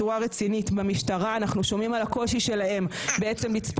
התוצאה של כל המקרים הקשים שאנחנו שומעים עליהם מלמדת אותנו